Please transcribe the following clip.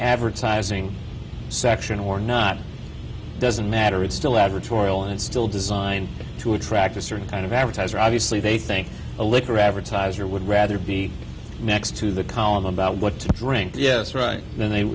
advertising section or not doesn't matter it's still advertorial and still designed to attract a certain kind of advertiser obviously they think a liquor advertiser would rather be next to the column about what to drink yes right then they